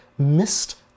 Missed